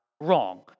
wrong